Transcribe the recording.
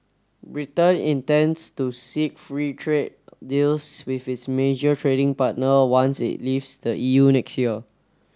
Britain intends to seek free trade deals with its major trading partner once it leaves the E U next year